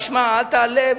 אל תעלה,